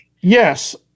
Yes